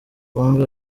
bombi